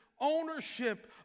ownership